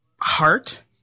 heart